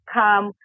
come